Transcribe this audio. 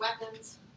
weapons